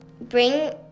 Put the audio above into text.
bring